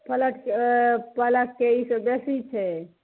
पलकके ई से बेसी छै